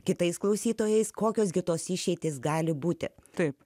kitais klausytojais kokios gi tos išeitys gali būti taip